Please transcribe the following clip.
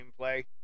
gameplay